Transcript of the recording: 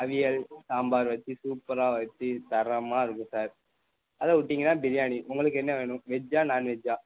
அவியல் சாம்பார் வச்சி சூப்பராக வச்சி தரமாக இருக்கும் சார் அதை விட்டீங்கன்னா பிரியாணி உங்களுக்கு என்ன வேணும் வெஜ்ஜா நாண் வெஜ்ஜா